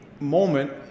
moment